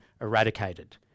eradicated